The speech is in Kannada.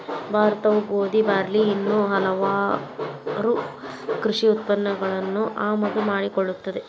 ಭಾರತವು ಗೋಧಿ, ಬಾರ್ಲಿ ಇನ್ನೂ ಹಲವಾಗು ಕೃಷಿ ಉತ್ಪನ್ನಗಳನ್ನು ಆಮದು ಮಾಡಿಕೊಳ್ಳುತ್ತದೆ